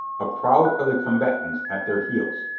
a crowd of the combatants at their heels.